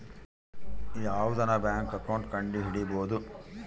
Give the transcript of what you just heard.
ಯಾವ್ದನ bank account ಕಂಡುಹಿಡಿಬೋದು